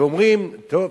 ואומרים: טוב,